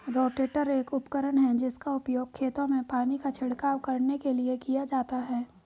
rotator एक उपकरण है जिसका उपयोग खेतों में पानी का छिड़काव करने के लिए किया जाता है